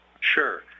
Sure